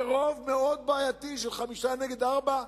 ברוב מאוד בעייתי של חמישה נגד ארבעה,